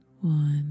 One